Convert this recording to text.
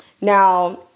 Now